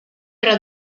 era